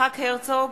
יצחק הרצוג,